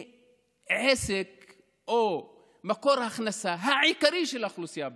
מעסק מקור הכנסה העיקרי של האוכלוסייה הבדואית.